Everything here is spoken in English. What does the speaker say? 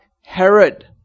Herod